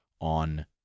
on